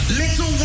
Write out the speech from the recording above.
little